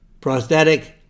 Prostatic